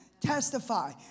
testify